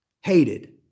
hated